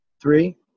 Three